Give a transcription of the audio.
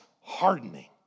hardening